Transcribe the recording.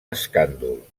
escàndol